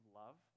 love